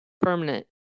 permanent